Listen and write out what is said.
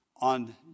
on